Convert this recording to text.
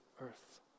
earth